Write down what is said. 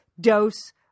dose